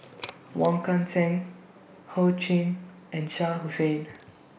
Wong Kan Seng Ho Ching and Shah Hussain